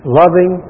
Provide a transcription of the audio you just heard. loving